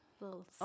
little